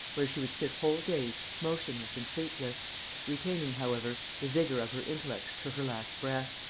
where she would sit whole days motionless and sleepless retaining however the vigor of her intellect to her last breath,